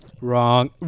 wrong